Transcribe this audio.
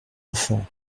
enfants